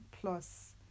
plus